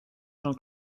jean